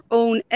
own